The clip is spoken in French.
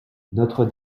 notre